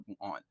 on